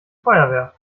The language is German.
feuerwehr